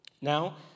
Now